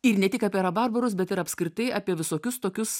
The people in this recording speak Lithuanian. ir ne tik apie rabarbarus bet ir apskritai apie visokius tokius